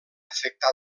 afectat